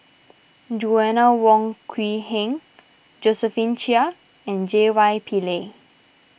Joanna Wong Quee Heng Josephine Chia and J Y Pillay